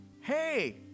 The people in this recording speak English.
Hey